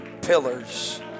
pillars